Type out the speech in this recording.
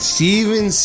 Steven